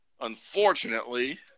unfortunately